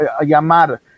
llamar